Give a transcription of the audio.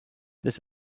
this